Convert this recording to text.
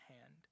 hand